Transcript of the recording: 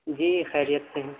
جی خیریت سے ہیں